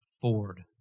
Ford